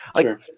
sure